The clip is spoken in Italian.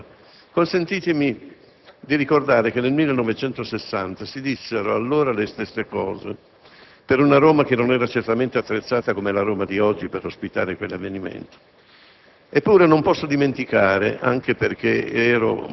natura? A parte il fatto che non ho mai visto un pessimista giovare a qualcuno o a qualcosa, ritengo che abbiamo molti motivi per credere in ciò che facciamo quando sosteniamo questa candidatura. Consentitemi